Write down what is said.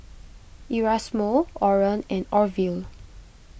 Erasmo Oran and Orville